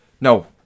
no